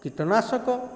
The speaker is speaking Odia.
କୀଟନାଶକ